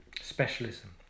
specialism